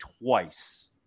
twice